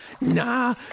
Nah